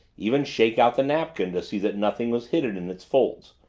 even shake out the napkin to see that nothing was hidden in its folds.